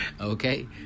Okay